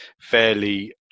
fairly